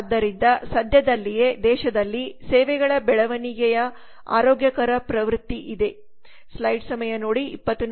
ಆದ್ದರಿಂದ ಸದ್ಯದಲ್ಲಿಯೇ ದೇಶದಲ್ಲಿ ಸೇವೆಗಳ ಬೆಳವಣಿಗೆಯ ಆರೋಗ್ಯಕರ ಪ್ರವೃತ್ತಿ ಇದೆ